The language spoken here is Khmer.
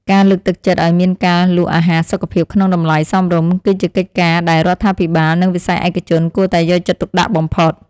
ការលើកទឹកចិត្តឲ្យមានការលក់អាហារសុខភាពក្នុងតម្លៃសមរម្យ គឺជាកិច្ចការដែលរដ្ឋាភិបាលនិងវិស័យឯកជនគួរតែយកចិត្តទុកដាក់បំផុត។